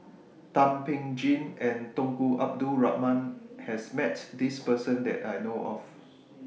Thum Ping Tjin and Tunku Abdul Rahman has Met This Person that I know of